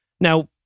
Now